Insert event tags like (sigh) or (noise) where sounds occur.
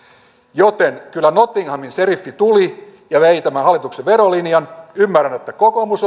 joten kyllä nottinghamin seriffi tuli ja vei tämän hallituksen verolinjan ymmärrän että kokoomus (unintelligible)